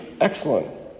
excellent